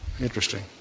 Interesting